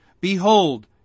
Behold